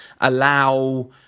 allow